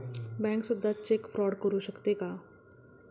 Bank सुद्धा cheque fraud करू शकते का?